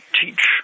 teach